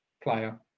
player